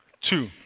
two